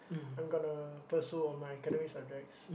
I'm gonna pursue on my academic subjects